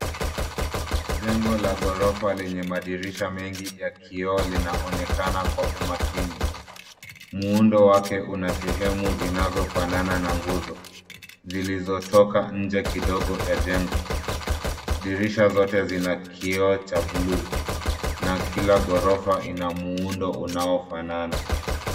Jengo la ghorofa lenye madirisha mengi ya kioo linaonekana kwa umakini. Muundo wake una sehemu zinazofanana na nguzo zilizotoka nje kidogo ya jengo. Dirisha zote zina kioo cha blue , na kila ghorofa ina muundo unaofanana.